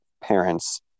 parents